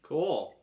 Cool